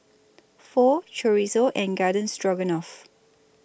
Pho Chorizo and Garden Stroganoff